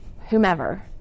whomever